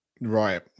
Right